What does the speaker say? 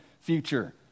future